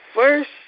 First